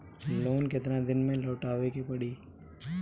Loan केतना दिन में लौटावे के पड़ी?